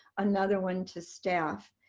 another one to staff.